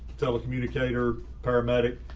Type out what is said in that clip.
telecommunicator, paramedic,